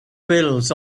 bills